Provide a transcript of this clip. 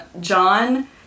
John